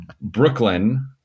Brooklyn